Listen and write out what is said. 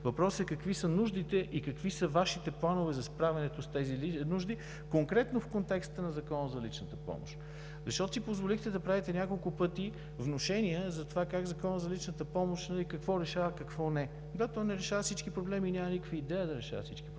въпросът е: какви са нуждите и какви са Вашите планове за справяне с тези нужди конкретно в контекста на Закона за личната помощ? Защото си позволихте да правите няколко пъти внушения за това Законът за личната помощ какво решава и какво не. Да, той не решава всички проблеми – няма никаква идея да решава всички проблеми.